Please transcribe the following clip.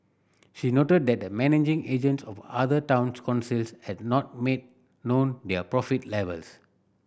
she noted that the managing agents of other towns councils had not made known their profit levels